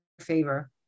favor